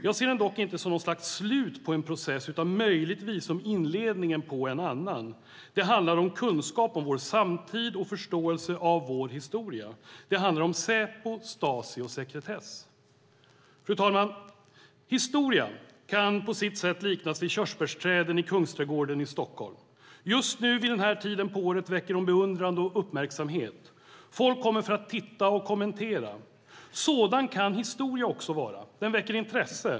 Jag ser den dock inte som något slags slut på en process utan möjligtvis som inledningen på en annan. Det handlar om kunskap om vår samtid och förståelse av vår historia. Det handlar om Säpo, Stasi och sekretess. Fru talman! Historia kan på sitt sätt liknas vid körsbärsträden i Kungsträdgården i Stockholm. Just nu, vid den här tiden på året, väcker de beundran och uppmärksamhet. Folk kommer för att titta och kommentera. Sådan kan historia också vara. Den väcker intresse.